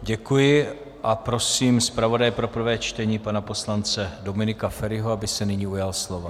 Děkuji a prosím zpravodaje pro prvé čtení, pana poslance Dominika Feriho, aby se nyní ujal slova.